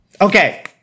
Okay